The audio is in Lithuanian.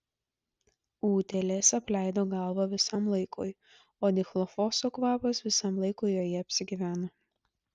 utėlės apleido galvą visam laikui o dichlofoso kvapas visam laikui joje apsigyveno